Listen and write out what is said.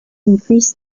increased